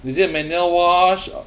is it manual wash o~